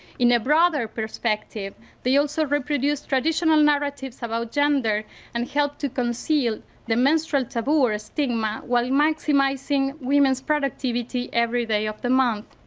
in a broader perspective they also reproduced traditional narratives about gender and helped to conceal the menstrual taboo or a stigma while maximizing women's productivity every day of the month.